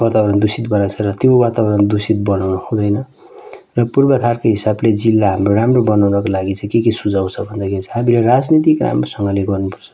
वातावरण दूषित गराउँछ र त्यो वातावरण दूषित बनाउन हुँदैन र पूर्वाधारको हिसाबले जिल्ला हाम्रो राम्रो बनाउनका लागि चाहिँ के के सुझाउ छ भन्दाखेरि चाहिँ हामीले राजनीतिक राम्रोसँगले गर्नुपर्छ